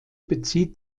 bezieht